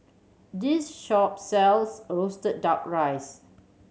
this shop sells roasted Duck Rice